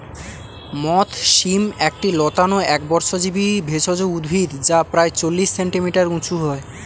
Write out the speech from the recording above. মথ শিম একটি লতানো একবর্ষজীবি ভেষজ উদ্ভিদ যা প্রায় চল্লিশ সেন্টিমিটার উঁচু হয়